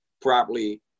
properly